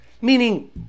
Meaning